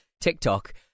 TikTok